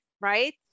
right